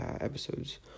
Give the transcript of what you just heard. episodes